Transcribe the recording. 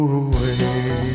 away